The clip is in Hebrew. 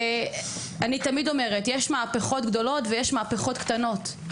אני תמיד אומרת: יש מהפכות גדולות ויש מהפכות קטנות.